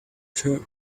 turn